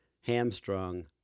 hamstrung